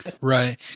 Right